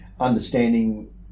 Understanding